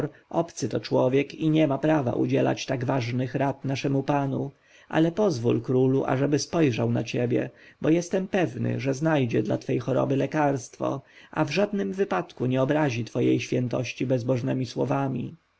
to człowiek i nie ma prawa udzielać tak ważnych rad naszemu panu ale pozwól królu ażeby spojrzał na ciebie bo jestem pewny że znajdzie dla twej choroby lekarstwo a w żadnym wypadku nie obrazi twojej świętości bezbożnemi słowami